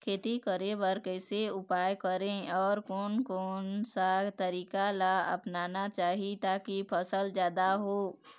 खेती करें बर कैसे उपाय करें अउ कोन कौन सा तरीका ला अपनाना चाही ताकि फसल जादा हो?